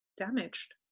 damaged